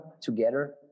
together